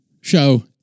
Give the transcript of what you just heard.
show